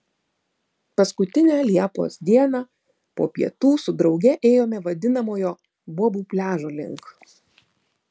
paskutinę liepos dieną po pietų su drauge ėjome vadinamojo bobų pliažo link